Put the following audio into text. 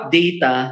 data